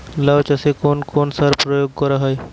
লাউ চাষে কোন কোন সার প্রয়োগ করা হয়?